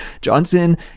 Johnson